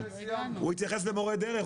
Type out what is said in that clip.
הוא התייחס למורי הדרך.